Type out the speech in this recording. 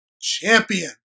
champion